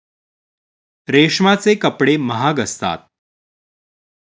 रेशमाचे कपडे महाग असतात